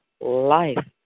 life